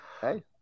Hey